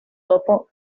topo